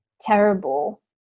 terrible